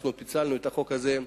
פיצלנו את החוק הזה.